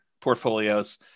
portfolios